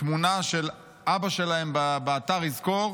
תמונה של אבא שלהם באתר יזכור,